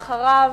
אחריו,